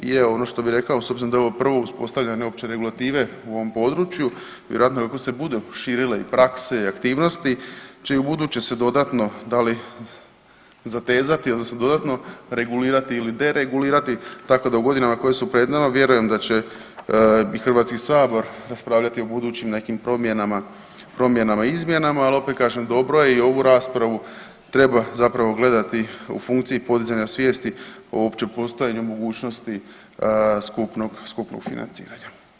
I evo ono što bi rekao s obzirom da je ovo prvo uspostavljanje opće regulative u ovom području vjerojatno kako se budu širile i prakse i aktivnosti će i ubuduće se dodatno da li zatezati odnosno dodatno regulirani ili deregulirati tako da u godinama koje su pred nama vjerujem da će i Hrvatski sabor raspravljati o budućim nekim promjenama, promjenama i izmjenama, ali opet kažem dobro je i ovu raspravu treba zapravo gledati u funkciji podizanja svijesti o uopće postojanju mogućnosti skupnog, skupnog financiranja.